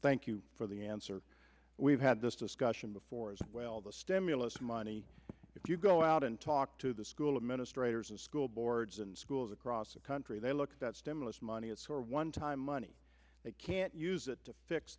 thank you for the answer we've had this discussion before as well the stimulus money if you go out and talk to the school administrators and school boards and schools across the country they look at that stimulus money it's one time money they can't use it to fix